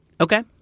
Okay